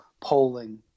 polling